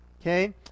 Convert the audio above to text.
Okay